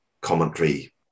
commentary